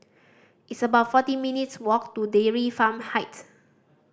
it's about forty minutes' walk to Dairy Farm Heights